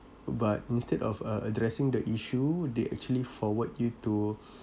but instead of uh addressing the issue they actually forward you to